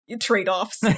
trade-offs